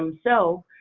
um so,